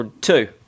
two